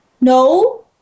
No